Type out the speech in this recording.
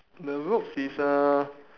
the ropes is uh